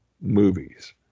movies